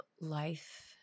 life